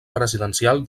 presidencial